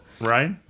Right